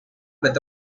with